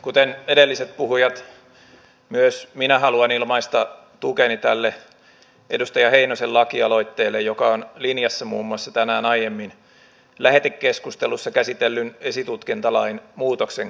kuten edelliset puhujat myös minä haluan ilmaista tukeni tälle edustaja heinosen lakialoitteelle joka on linjassa muun muassa tänään aiemmin lähetekeskustelussa käsitellyn esitutkintalain muutoksen kanssa